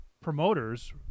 promoters